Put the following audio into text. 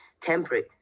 temporary